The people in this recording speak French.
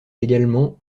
également